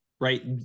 right